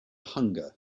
hunger